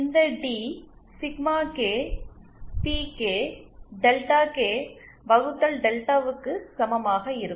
இந்த d sigma k p k delta k வகுத்தல் டெல்டாவுக்கு சமமாக இருக்கும்